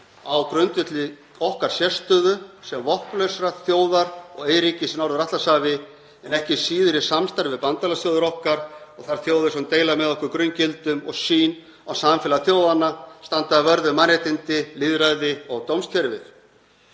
á grundvelli okkar sérstöðu sem vopnlausrar þjóðar og eyríkis í Norður-Atlantshafi en ekki síður í samstarfi við bandalagsþjóðir okkar og þær þjóðir sem deila með okkur grunngildum og sýn á samfélag þjóðanna og standa vörð um mannréttindi, lýðræði og dómskerfið.